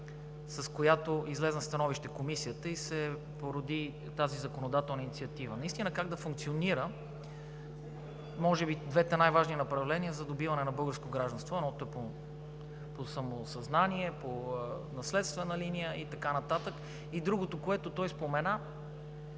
Комисията излезе със становище и се породи тази законодателна инициатива – как да функционира, може би двете най-важни направления за придобиване на българско гражданство –по самосъзнание, по наследствена линия и така нататък. Другото, което той спомена,